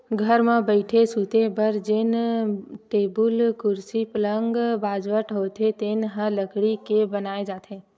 घर म बइठे, सूते बर जेन टेबुल, कुरसी, पलंग, बाजवट होथे तेन ह लकड़ी के बनाए जाथे